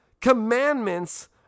commandments